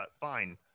fine